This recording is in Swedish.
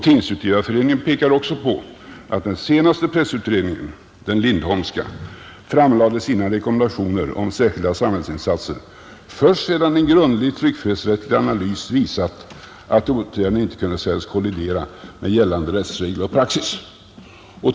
TU pekar också på att den senaste pressutredningen — den Lindholmska — framlade sina rekommendationer om särskilda samhällsinsatser först sedan en grundlig tryckfrihetsrättslig analys visat att åtgärderna inte kunde sägas kollidera med gällande rättsregler och praxis.